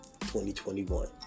2021